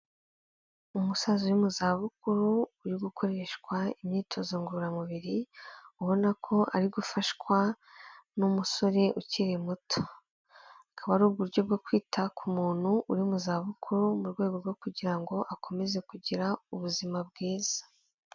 Umusaza uri mu za bukuru, uri gukoreshwa imyitozo ngororamubiri, ubona ko ari gufashwa n'umusore ukiri muto. Akaba ari uburyo bwo kwita ku muntu uri mu za bukuru, mu rwego rwo kugira ngo akomeze kugira ubuzima bwiza.